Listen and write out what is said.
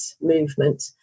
movement